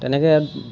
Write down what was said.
তেনেকৈ